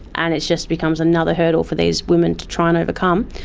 and it just becomes another hurdle for these women to try and overcome,